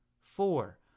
four